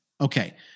Okay